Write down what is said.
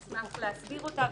אנחנו נשמח להסביר אותה.